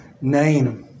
name